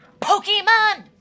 Pokemon